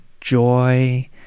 joy